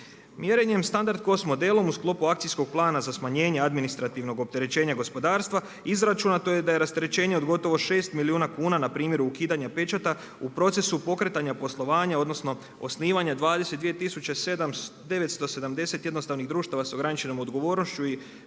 Mjerenjem standard … modelom uz sklopu Akcijskog plana za smanjenje administrativnog opterećenje gospodarstva, izračunato je da je rasterećenje od gotovo 6 milijuna kuna na primjeru ukidanja pečata u procesu pokretanja poslovanja odnosno osnivanja 22 tisuće 970 jednostavnih društava sa ograničenom odgovornošću i